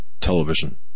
television –